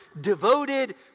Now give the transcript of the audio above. devoted